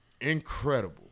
Incredible